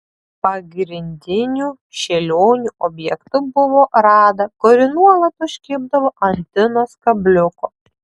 pagrindiniu šėlionių objektu buvo rada kuri nuolat užkibdavo ant tinos kabliuko